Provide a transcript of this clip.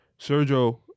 Sergio